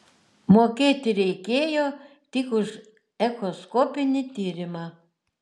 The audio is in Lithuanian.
mokėti reikėjo tik už echoskopinį tyrimą